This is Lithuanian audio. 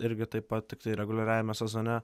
irgi taip pat tiktai reguliariajame sezone